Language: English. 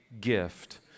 gift